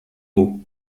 mot